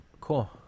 Cool